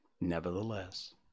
nevertheless